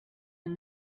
and